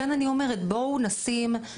לכן אני אומרת, בואו נשים, נתאמץ,